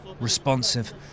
responsive